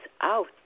out